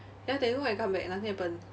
ya they go and come back nothing happened